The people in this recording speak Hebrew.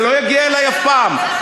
זה לא יגיע אלי אף פעם.